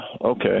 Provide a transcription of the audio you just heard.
Okay